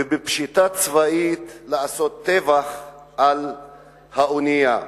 ובפשיטה צבאית לעשות טבח על האונייה,